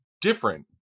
different